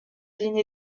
ligne